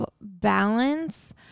balance